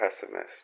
pessimist